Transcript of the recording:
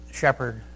shepherd